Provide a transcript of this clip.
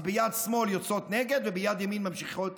אז ביד שמאל יוצאות נגד וביד ימין ממשיכות